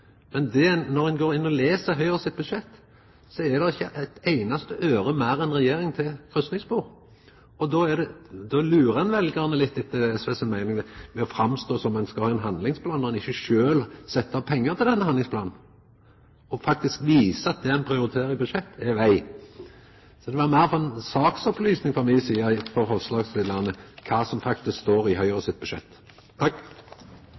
Men når ein går inn og les Høgre sitt budsjett, ser ein at dei ikkje har eit einaste øre meir i sitt budsjett til kryssingsspor enn det regjeringa har. Då lurar ein, etter SV si meining, veljarane litt ved å framstå som om ein skal ha ein handlingsplan, når ein ikkje sjølv set av pengar til denne handlingsplanen og faktisk viser at det ein prioriterer i budsjett, er veg. Så frå mi side var det meir som ei saksopplysning til forslagsstillarane om kva som faktisk står i Høgre